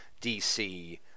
DC